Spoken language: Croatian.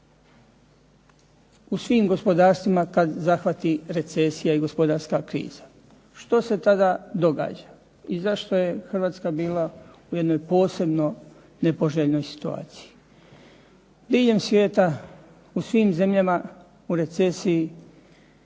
u svim gospodarstvima kad zahvati recesija i gospodarska kriza, što se tada događa i zašto je Hrvatska bila u jednoj posebno nepoželjnoj situaciji. Diljem svijeta u svim zemljama u recesiji